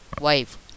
wife